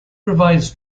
provides